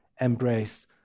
embrace